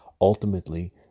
Ultimately